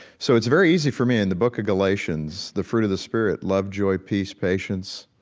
so it's very easy for me in the book of galatians, the fruit of the spirit, love, joy, peace, patience,